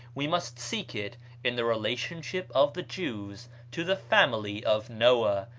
we must seek it in the relationship of the jews to the family of noah,